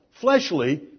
fleshly